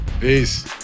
Peace